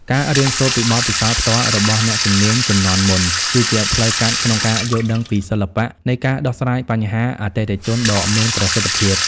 ការរៀនសូត្រពីបទពិសោធន៍ផ្ទាល់របស់អ្នកជំនាញជំនាន់មុន គឺជាផ្លូវកាត់ក្នុងការយល់ដឹងពីសិល្បៈនៃការដោះស្រាយបញ្ហាអតិថិជនដ៏មានប្រសិទ្ធភាព។